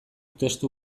testu